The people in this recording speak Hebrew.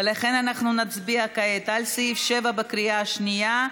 ולכן אנחנו נצביע כעת על סעיף 7 בקריאה השנייה,